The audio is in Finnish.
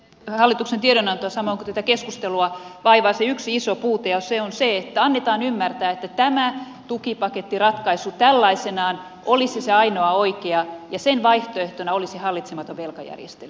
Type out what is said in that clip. hallituksen tiedonantoa samoin kuin tätä keskustelua vaivaa yksi iso puute ja se on se että annetaan ymmärtää että tämä tukipakettiratkaisu tällaisenaan olisi se ainoa oikea ja sen vaihtoehtona olisi hallitsematon velkajärjestely